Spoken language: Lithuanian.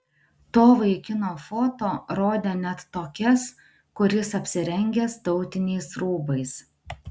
to vaikino foto rodė net tokias kur jis apsirengęs tautiniais rūbais